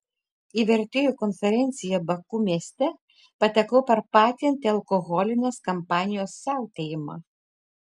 į vertėjų konferenciją baku mieste patekau per patį antialkoholinės kampanijos siautėjimą